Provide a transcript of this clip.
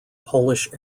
polish